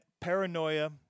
Paranoia